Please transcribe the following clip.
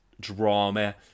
drama